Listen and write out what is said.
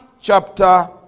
chapter